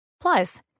Plus